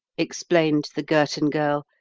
explained the girton girl.